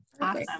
awesome